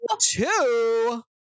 Two